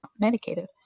medicated